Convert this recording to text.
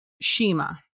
Shima